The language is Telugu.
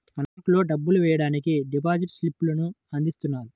మనం బ్యేంకుల్లో డబ్బులు వెయ్యడానికి డిపాజిట్ స్లిప్ లను అందిస్తున్నారు